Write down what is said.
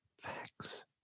Facts